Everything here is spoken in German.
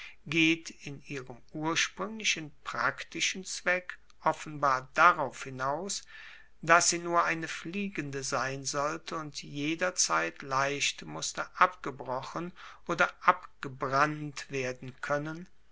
geht in ihrem urspruenglichen praktischen zweck offenbar darauf hinaus dass sie nur eine fliegende sein sollte und jederzeit leicht musste abgebrochen oder abgebrannt werden koennen